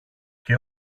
και